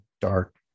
dark